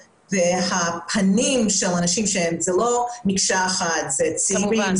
והם לא מהווים מקשה אחת אלא מדובר בצעירים,